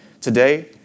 today